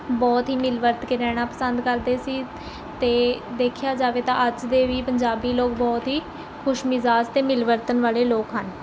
ਬਹੁਤ ਹੀ ਮਿਲ ਵਰਤ ਕੇ ਰਹਿਣਾ ਪਸੰਦ ਕਰਦੇ ਸੀ ਅਤੇ ਦੇਖਿਆ ਜਾਵੇ ਤਾਂ ਅੱਜ ਦੇ ਵੀ ਪੰਜਾਬੀ ਲੋਕ ਬਹੁਤ ਹੀ ਖੁਸ਼ ਮਿਜ਼ਾਜ ਅਤੇ ਮਿਲਵਰਤਨ ਵਾਲ਼ੇ ਲੋਕ ਹਨ